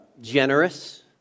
generous